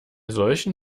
solchen